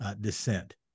dissent